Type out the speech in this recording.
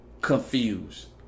confused